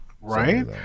right